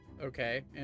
Okay